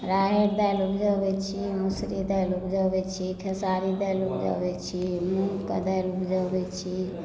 राहरि दालि उपजबय छी मौसरी दालि उपजबय छी खेसारी दालि उपजबय छी मूङ्गके दालि उपजबय छी